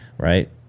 right